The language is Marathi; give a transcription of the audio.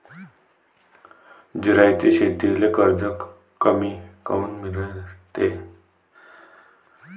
जिरायती शेतीले कर्ज कमी काऊन मिळते?